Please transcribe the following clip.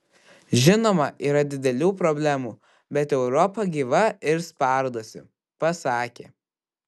žinoma yra didelių problemų bet europa gyva ir spardosi pasakė